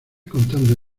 contando